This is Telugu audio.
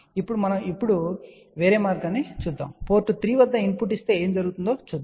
ఇప్పుడు మనం ఇప్పుడే వేరే మార్గం చేద్దాం పోర్ట్ 3 వద్ద ఇన్పుట్ ఇస్తే ఏమి జరిగిందో చూద్దాం